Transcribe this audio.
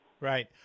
Right